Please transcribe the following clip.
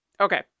Okay